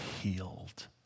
healed